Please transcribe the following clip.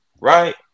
right